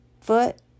foot